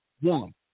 One